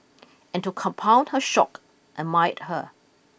and to compound her shock admired her